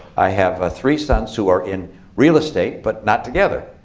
i have three sons who are in real estate but not together,